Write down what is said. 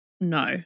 No